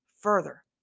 further